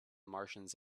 martians